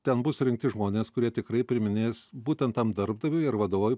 ten bus rimti žmonės kurie tikrai priiminės būtent tam darbdaviui ir vadovui